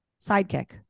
sidekick